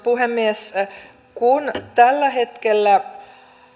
puhemies kun tällä hetkellä